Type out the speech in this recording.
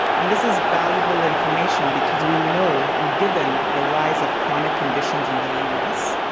and this is valuable information because we know and given the rise of chronic conditions in the us,